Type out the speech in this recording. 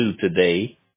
today